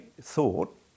thought